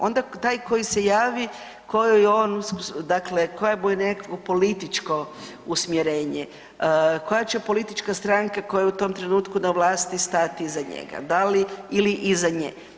Onda taj koji se javi koje je on, dakle koje mu je nekakvo političko usmjerenje, koja će politička stranka koja je u tom trenutku na vlasti stati iza njega, da li ili iza nje.